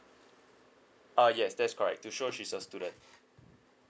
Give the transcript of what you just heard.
uh yes that is correct to show she's a student